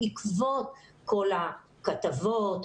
בעקבות כל הכתבות,